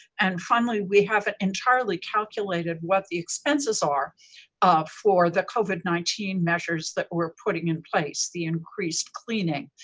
and finally, we haven't entirely calculated what the expenses are um for the covid nineteen measures that we're putting in place, the increased cleaning,